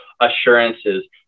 assurances